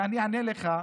ואני אענה לך,